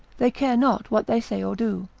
they care not what they say or do,